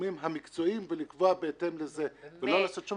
מהגורמים המקצועיים ולקבוע בהתאם לזה ולא לעשות שום